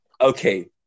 okay